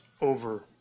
over